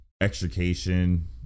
extrication